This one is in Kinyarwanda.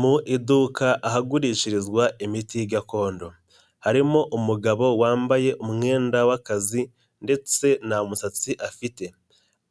Mu iduka ahagurishirizwa imiti gakondo, harimo umugabo wambaye umwenda w'akazi ndetse nta musatsi afite,